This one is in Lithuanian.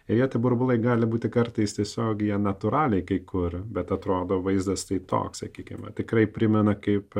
retai burbulai gali būti kartais tiesiog jie natūraliai kai kur bet atrodo vaizdas tai toks sakykime tikrai primena kaip